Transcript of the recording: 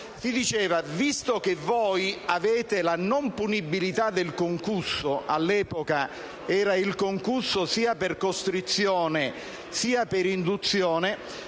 Si diceva infatti: visto che avete la non punibilità del concusso (all'epoca era il concusso sia per costrizione sia per induzione),